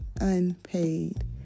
Unpaid